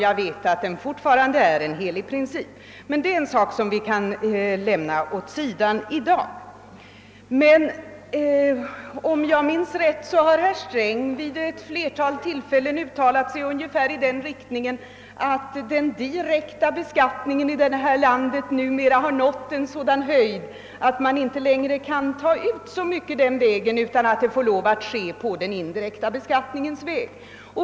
Jag vet att den fortfarande är en helig princip, men det är en sak som vi kan lämna åt sidan i dag. Om jag minns rätt har herr Sträns vid ett flertal tillfällen uttalat sig ungefär i den riktningen att den direkta beskattningen numera har nått en sådanr höjd att man inte längre kan ta ut så mycket den vägen utan måste gå den indirekta beskattningens väg.